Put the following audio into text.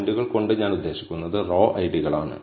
പോയിന്റുകൾ കൊണ്ട് ഞാൻ ഉദ്ദേശിക്കുന്നത് റോ ഐഡികളിലാണ്